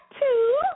Two